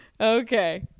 okay